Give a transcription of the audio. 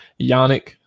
Yannick